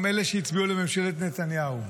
גם אלה שהצביעו לממשלת נתניהו.